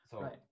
right